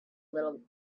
little